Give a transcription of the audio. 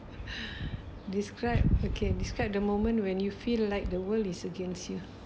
describe okay describe the moment when you feel like the world is against you